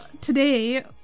today